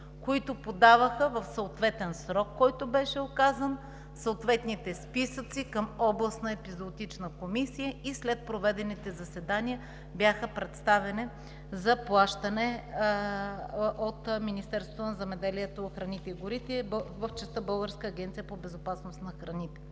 които подаваха в указан срок съответните списъци към областна епизоотична комисия, и след проведените заседания бяха представени за плащане от Министерството на земеделието, храните и горите в частта Българската агенция по безопасност на храните.